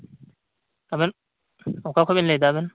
ᱟᱵᱮᱱ ᱚᱠᱟ ᱠᱷᱚᱡ ᱵᱮᱱ ᱞᱟᱹᱭᱫᱟ ᱟᱵᱮᱱ